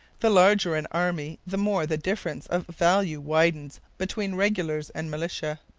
the larger an army the more the difference of value widens between regulars and militia.